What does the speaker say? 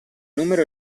numero